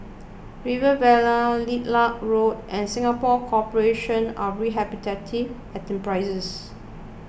Rivervale Lilac Road and Singapore Corporation of Rehabilitative Enterprises